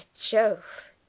Jove